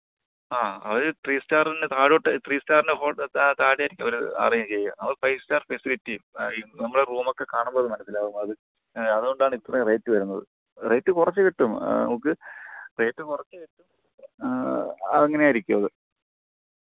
ആ അവർ ത്രീ സ്റ്റാറിനു താഴോട്ട് ത്രീ സ്റ്റാറിന് ഹൊ താഴെ ആയിരിക്കും അവർ അറേയ്ഞ്ച് ചെയ്യുക നമ്മൾ ഫൈവ് സ്റ്റാർ ഫെസിലിറ്റീസ് നമ്മൾ റൂമൊക്കെ കാണുമ്പോൾ അതു മനസ്സിലാകും അത് അതുകൊണ്ടാണിത്രയും റേറ്റ് വരുന്നത് റേറ്റ് കുറച്ചു കിട്ടും നമുക്ക് റേറ്റ് കുറച്ചു കിട്ടും അങ്ങനെ ആയിരിക്കുമത്